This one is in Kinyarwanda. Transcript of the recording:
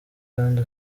kandi